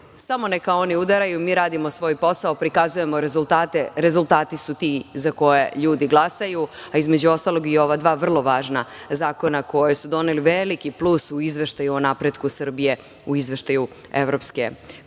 samo neka oni udaraju, mi radimo svoj posao, prikazujemo rezultate, a rezultati su ti za koje ljudi glasaju, pa između ostalog i ova dva vrlo važna zakona koji su doneli veliki plus u Izveštaju o napretku Srbije, u Izveštaju Evropske